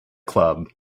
club